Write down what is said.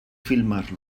filmar